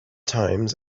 times